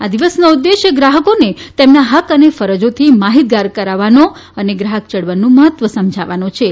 આ દિવસનો ઉદ્દેશ્ય ગ્રાહકોને તેમના હક અને ફરજોથી માહીતગાર કરાવવાનો અને ગ્રાહક યળવળનું મહત્વ સમજાવવાનો યે